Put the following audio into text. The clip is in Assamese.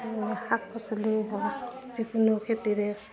শাক পাচলি হওক যিকোনো খেতিৰে